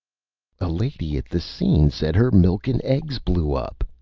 a lady at the scene said her milk and eggs blew up,